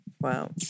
Wow